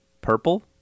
purple